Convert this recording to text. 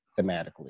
thematically